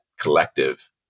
collective